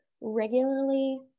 regularly